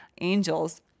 angels